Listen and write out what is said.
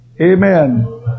Amen